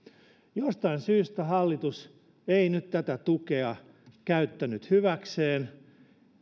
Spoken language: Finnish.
jostain syystä hallitus ei nyt tätä tukea käyttänyt hyväkseen